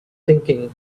thinking